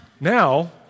Now